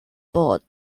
board